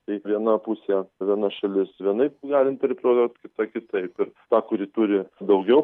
tai viena pusė viena šalis vienaip gali interpretuot kita kitaip ir ta kuri turi daugiau